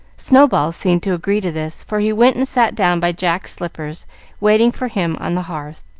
snow-ball seemed to agree to this, for he went and sat down by jack's slippers waiting for him on the hearth,